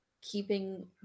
keeping